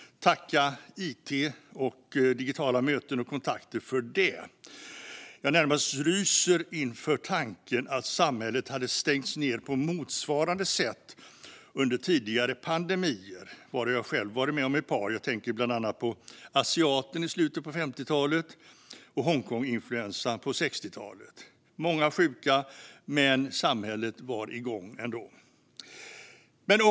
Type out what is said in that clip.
Tacka it och digitala möten och kontakter för det! Jag närmast ryser inför tanken att samhället hade stängts ned på motsvarande sätt under tidigare pandemier, varav jag själv varit med om ett par. Jag tänker bland annat på asiaten i slutet av 50-talet och hongkonginfluensan på 60-talet. Många var sjuka, men samhället var igång ändå.